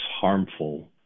harmful